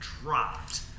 dropped